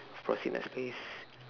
proceed next space